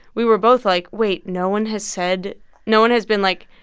we were both like, wait. no one has said no one has been like,